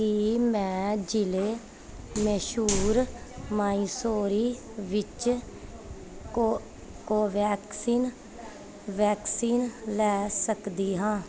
ਕੀ ਮੈਂ ਜ਼ਿਲ੍ਹੇ ਮੈਸੂਰ ਮੈਸੂਰੀ ਵਿੱਚ ਕੋ ਕੋਵੈਕਸਿਨ ਵੈਕਸੀਨ ਲੈ ਸਕਦੀ ਹਾਂ